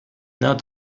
not